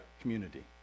community